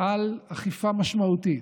על אכיפה משמעותית,